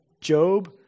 Job